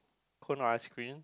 cone or ice cream